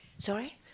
Sorry